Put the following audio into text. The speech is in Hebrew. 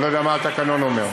אני לא יודע מה התקנון אומר.